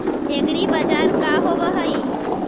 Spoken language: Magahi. एग्रीबाजार का होव हइ?